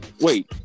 Wait